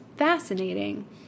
fascinating